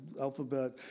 alphabet